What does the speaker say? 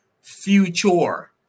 future